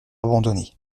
abandonné